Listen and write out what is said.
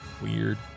Weird